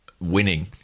winning